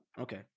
Okay